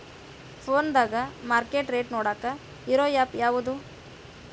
ಫೋನದಾಗ market rate ನೋಡಾಕ್ ಇರು ಆ್ಯಪ್ ಯಾವದು?